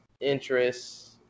interests